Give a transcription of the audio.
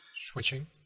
switching